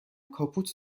کاپوت